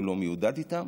הוא לא מיודד איתם.